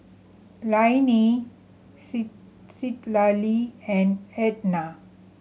Lainey C Citlalli and Ednah